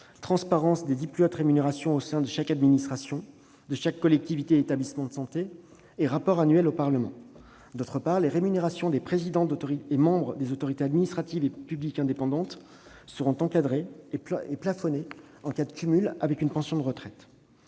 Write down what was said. transparence des dix plus hautes rémunérations au sein de chaque administration, collectivité et établissement de santé, et rapport annuel au Parlement. Par ailleurs, les rémunérations des présidents et membres des autorités administratives et publiques indépendantes seront encadrées et plafonnées en cas de cumul avec une pension de retraite.